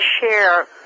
share